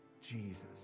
Jesus